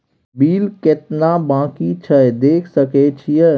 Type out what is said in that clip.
Bill केतना बाँकी छै देख सके छियै?